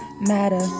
matter